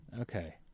Okay